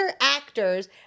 actors